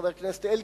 חבר הכנסת אלקין,